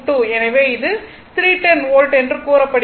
எனவே இது 310 வோல்ட் என்று கூறப்படுகிறது